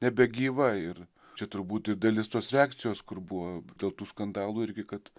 nebegyva ir čia turbūt ir dalis tos reakcijos kur buvo dėl tų skandalų irgi kad